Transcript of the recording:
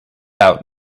out